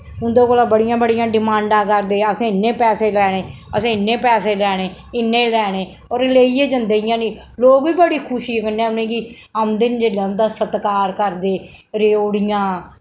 उं'दे कोला बड़ियां बड़ियां डिमांडां करदे असें इन्ने पैसे लैने असें इन्ने पैसे लैने इन्ने लैने और लेइयै जंदे इ'यां निं लोक बी बड़ी खुशी कन्नै उ'नें गी औंदे न जेल्लै उं'दा सतकार करदे रेओड़ियां